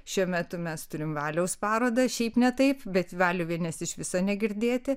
šiuo metu mes turim valiaus parodą šiaip ne taip bet valiuvienės iš viso negirdėti